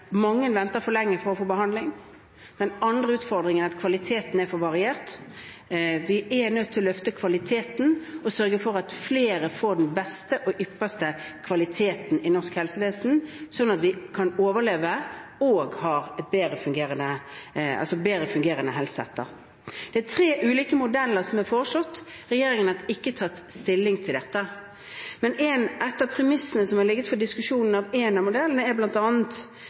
mange venter for lenge på å få behandling. Den andre utfordringen er at kvaliteten er for variert. Vi er nødt til å løfte kvaliteten og sørge for at flere får den beste og ypperste kvaliteten som norsk helsevesen kan tilby, slik at vi både kan overleve og få en bedre fungerende helse etterpå. Det er tre ulike modeller som er foreslått. Regjeringen har ikke tatt stilling til dem, men et av premissene til diskusjon er at en av modellene